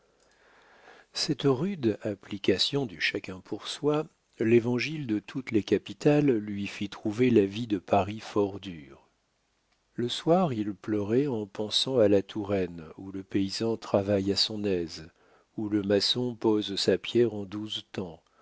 cette rude application du chacun pour soi l'évangile de toutes les capitales lui fit trouver la vie de paris fort dure le soir il pleurait en pensant à la touraine où le paysan travaille à son aise où le maçon pose sa pierre en douze temps